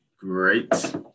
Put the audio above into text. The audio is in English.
great